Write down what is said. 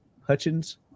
Hutchins